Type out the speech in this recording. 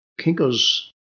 Kinko's